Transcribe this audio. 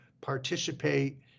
participate